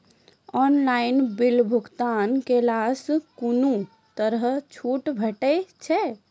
Online बिलक भुगतान केलासॅ कुनू तरहक छूट भेटै छै?